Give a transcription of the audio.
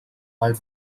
all